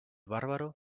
bárbaro